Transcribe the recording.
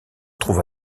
trouve